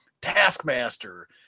taskmaster